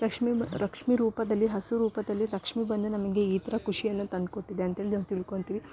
ಲಕ್ಷ್ಮೀ ಲಕ್ಷ್ಮೀ ರೂಪದಲ್ಲಿ ಹಸು ರೂಪದಲ್ಲಿ ಲಕ್ಷ್ಮೀ ಬಂದು ನಮಗೆ ಈ ಥರ ಖುಷಿಯನ್ನು ತಂದುಕೊಟ್ಟಿದೆ ಅಂತೇಳಿ ನಾವು ತಿಳ್ಕೊಂತೀವಿ